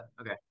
Okay